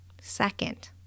second